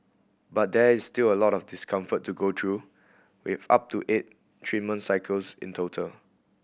but there is still a lot of discomfort to go through with up to eight treatment cycles in total